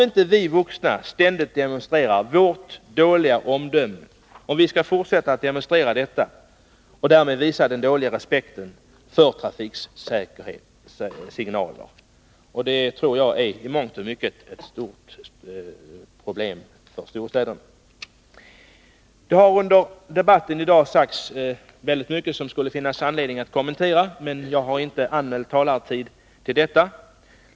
Men om vi vuxna ständigt demonstrerar vårt dåliga omdöme och visar dålig respekt för trafiksignaler, så hjälper inte detta. Det tror jag i mångt och mycket är ett problem för storstäderna. Det har i debatten i dag sagts väldigt mycket som det skulle finnas anledning att kommentera, men min talartid räcker inte till för detta.